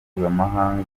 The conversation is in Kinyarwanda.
mpuzamahanga